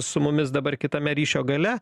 su mumis dabar kitame ryšio gale